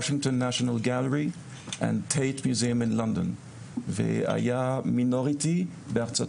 וושינגטון נשיונל גלריה וטייט מוזיאון בלונדון והיה מינורטי בארצות